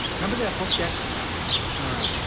remember that hooked x? yeah. all right.